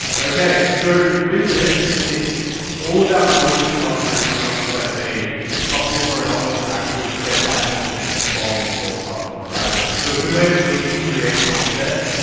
okay, so with this, it's all about going to the customer and coming up with like a a hook or an offer to actually get that content from your customer. so a good way of doing it is to create contests,